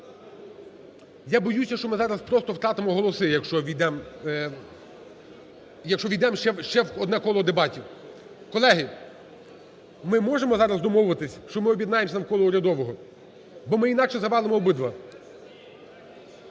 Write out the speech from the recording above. Я боюся, що ми зараз просто втратимо голоси, якщо увійдемо, якщо увійдемо в ще одне коло дебатів. Колеги, ми можемо зараз домовитися, що ми об'єднаємося навколо урядового? Бо ми інакше завалимо обидва.